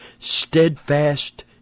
steadfast